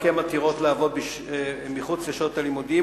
רק הן מתירות לעבוד מחוץ לשעות הלימודים